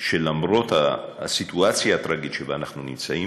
שלמרות הסיטואציה הטרגית שבה אנחנו נמצאים,